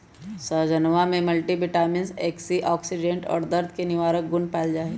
सहजनवा में multivitamins antioxidant और दर्द निवारक गुण पावल जाहई